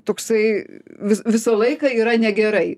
toksai vis visą laiką yra negerai